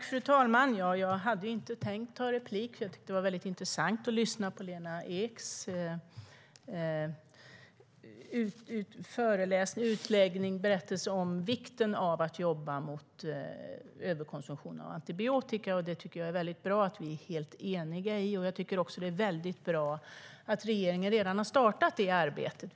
Fru talman! Jag hade inte tänkt ta replik. Jag tyckte att det var mycket intressant att lyssna på Lena Eks utläggning om vikten av att jobba mot överkonsumtion av antibiotika. Jag tycker att det är väldigt bra att vi är helt eniga i den frågan och att regeringen redan har startat det arbetet.